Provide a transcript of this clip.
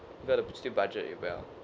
got to still budget it well